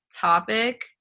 topic